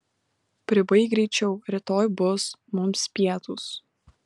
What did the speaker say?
pribaik greičiau rytoj bus mums pietūs